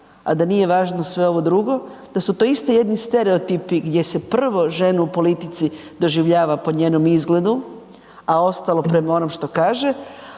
a da nije važno sve ovo drugo. Da su to isti jedni stereotipi gdje se prvo ženu u politici doživljava po njenom izgledu, a ostalo prema onom što kaže,